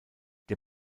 der